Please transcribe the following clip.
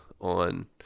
on